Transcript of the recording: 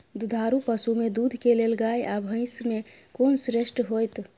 दुधारू पसु में दूध के लेल गाय आ भैंस में कोन श्रेष्ठ होयत?